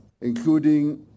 including